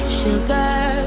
sugar